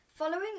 Following